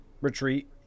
retreat